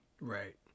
Right